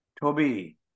Toby